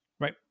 Right